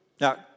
Now